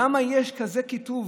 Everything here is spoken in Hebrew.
למה יש כזה קיטוב,